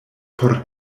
por